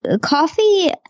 coffee